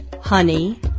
honey